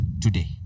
today